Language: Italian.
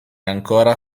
ancora